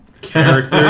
character